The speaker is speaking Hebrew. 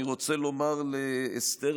אני רוצה לומר לאסתר,